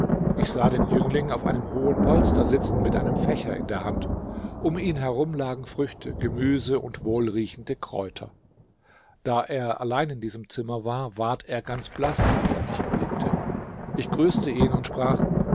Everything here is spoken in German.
ich sah den jüngling auf einem hohen polster sitzen mit einem fächer in der hand um ihn herum lagen früchte gemüse und wohlriechende kräuter da er allein in diesem zimmer war ward er ganz blaß als er mich erblickte ich grüßte ihn und sprach